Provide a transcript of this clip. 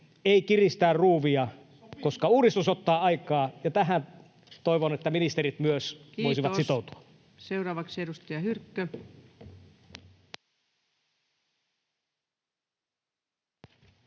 ei kiristää ruuvia, koska uudistus ottaa aikaa, ja tähän toivon, että ministerit myös voisivat sitoutua. Kiitos. — Seuraavaksi edustaja Hyrkkö. Arvoisa